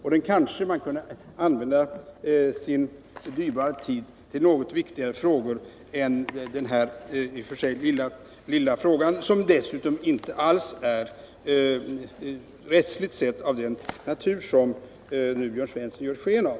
Därför kunde man kanske använda sin dyrbara tid till något viktigare frågor än denna lilla fråga, som dessutom inte alls rättsligt sett är av den natur som Jörn Svensson ger sken av.